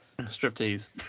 Striptease